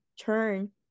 Turn